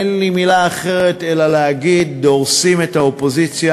אין לי מילה אחרת אלא להגיד: דורסים את האופוזיציה,